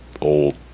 old